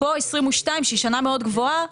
כאן 2022 שהיא שנה מאוד גבוהה,